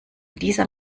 dieser